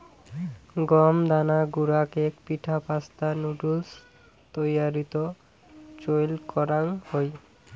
গম দানা গুঁড়া কেক, পিঠা, পাস্তা, নুডুলস তৈয়ারীত চইল করাং হই